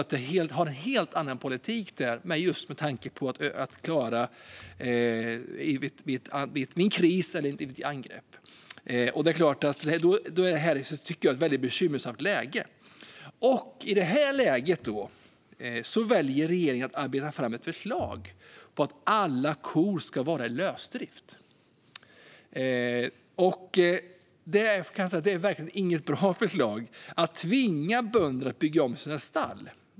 Det är alltså en helt annan politik där när det gäller vad man ska klara vid en kris eller ett angrepp. Jag tycker att det är ett väldigt bekymmersamt läge. Och i det läget väljer regeringen att arbeta fram ett förslag om att alla kor ska vara i lösdrift. Jag kan säga att det verkligen inte är något bra förslag att tvinga bönder att bygga om sina stall.